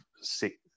six